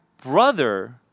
brother